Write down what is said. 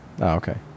Okay